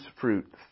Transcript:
fruit